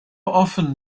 often